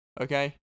Okay